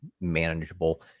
manageable